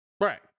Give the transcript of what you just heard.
Right